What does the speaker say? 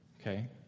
okay